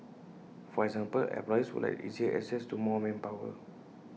for example employers would like easier access to more manpower